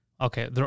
Okay